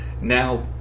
now